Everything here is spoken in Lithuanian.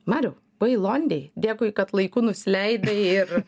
mariau buvai londėj dėkui kad laiku nusileidai ir